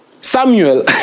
Samuel